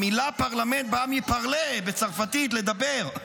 המילה "פרלמנט" באה מ-parler, "לדבר"